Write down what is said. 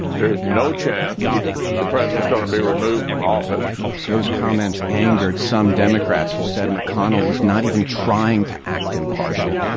there is no chance the president's going to be removed from office those comments angered some democrats who said mcconnell was not even trying to act impartial.